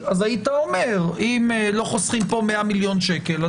היית אומר: אם לא חוסכים פה 100 מיליון שקל,